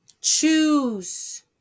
Choose